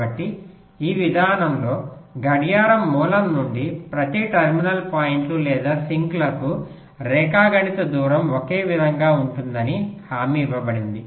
కాబట్టి ఈ విధానంలో గడియారం మూలం నుండి ప్రతి టెర్మినల్ పాయింట్లు లేదా సింక్లకు రేఖాగణిత దూరం ఒకే విధంగా ఉంటుందని హామీ ఇవ్వబడింది